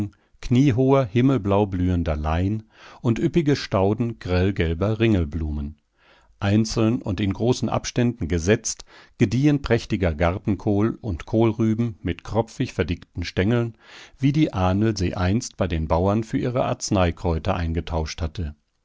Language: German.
kniehoher himmelblau blühender lein und üppige stauden grellgelber ringelblumen einzeln und in großen abständen gesetzt gediehen prächtiger gartenkohl und kohlrüben mit kropfig verdickten stengeln wie die ahnl sie einst bei den bauern für ihre arzneikräuter eingetauscht hatte